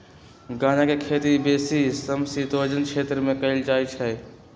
गञजा के खेती बेशी समशीतोष्ण क्षेत्र में कएल जाइ छइ